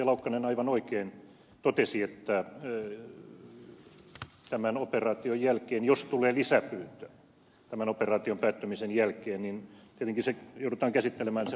laukkanen aivan oikein totesi että jos tämän operaation päättymisen jälkeen tulee lisäpyyntö niin tietenkin se joudutaan käsittelemään selonteon mukaisesti